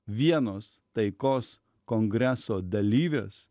vienos taikos kongreso dalyvės